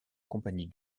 compagnie